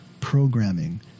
programming